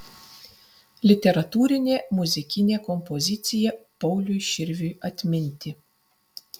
literatūrinė muzikinė kompozicija pauliui širviui atminti